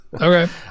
Okay